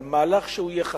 אבל מהלך שיהיה חכם,